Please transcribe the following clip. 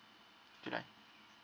okay right